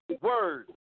word